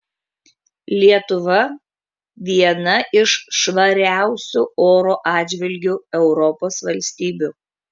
lietuva viena iš švariausių oro atžvilgiu europos valstybių